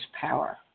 power